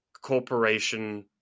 corporation